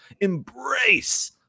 embrace